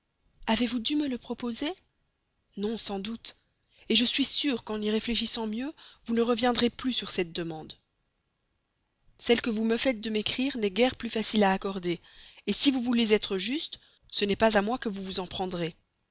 avez-vous dû me le proposer non sans doute je suis sûre qu'en y réfléchissant mieux vous ne reviendrez plus sur cette demande celle que vous me faites de m'écrire n'est guère plus facile à accorder si vous voulez être juste ce n'est pas à moi que vous vous en prendrez